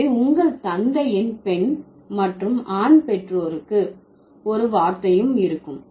எனவே உங்கள் தந்தையின் பெண் மற்றும் ஆண் பெற்றோருக்கு ஒரு வார்த்தையும் இருக்கும்